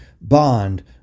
bond